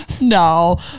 No